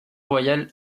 royale